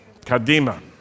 Kadima